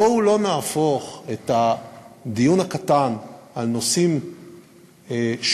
בואו לא נהפוך את הדיון הקטן על נושאים שוליים